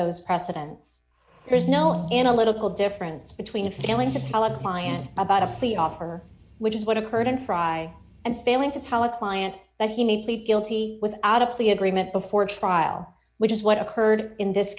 those precedents there's no analytical difference between failing to tell a client about a fee offer which is what occurred in frye and failing to tell a client that he made guilty without a plea agreement before trial which is what occurred in this